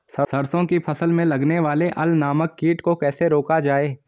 सरसों की फसल में लगने वाले अल नामक कीट को कैसे रोका जाए?